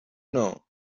know